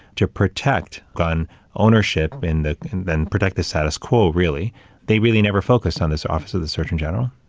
to protect gun ownership in the then protect the status quo, really they really never focused on this office of the surgeon general.